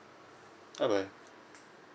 bye bye